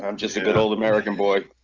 um just a good old american boy